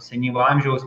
senyvo amžiaus